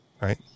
Right